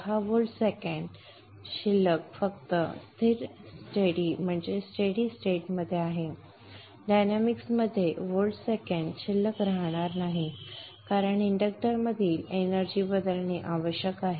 हा volt second balance फक्त स्थिर स्थितीत आहे डायनॅमिक्समध्ये संदर्भ वेळ 2346 व्होल्ट सेकंद बॅलन्स राहणार नाही कारण इंडक्टरमधील एनर्जी बदलणे आवश्यक आहे